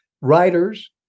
writers